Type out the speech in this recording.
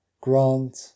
Grant